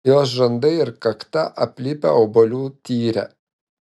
jos žandai ir kakta aplipę obuolių tyre